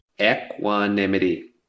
equanimity